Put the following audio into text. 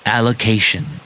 Allocation